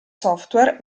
software